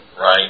Right